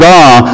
God